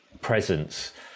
presence